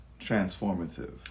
transformative